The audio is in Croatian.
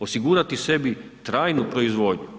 Osigurati sebi trajnu proizvodnju.